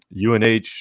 UNH